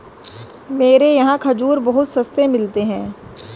मेरे यहाँ खजूर बहुत सस्ते मिलते हैं